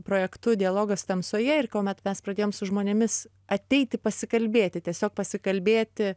projektu dialogas tamsoje ir kuomet mes pradėjom su žmonėmis ateiti pasikalbėti tiesiog pasikalbėti